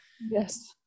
Yes